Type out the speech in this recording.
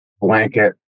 blanket